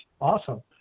Awesome